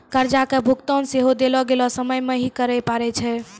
कर्जा के भुगतान सेहो देलो गेलो समय मे ही करे पड़ै छै